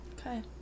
Okay